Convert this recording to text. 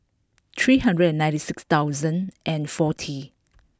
three hundred and ninety six thousand and forty